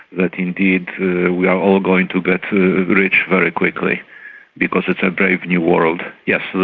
that indeed we are all going to get rich very quickly because it's a brave new world. yes, so